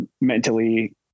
mentally